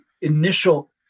initial